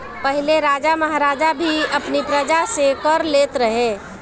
पहिले राजा महाराजा भी अपनी प्रजा से कर लेत रहे